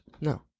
No